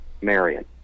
Marion